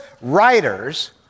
writers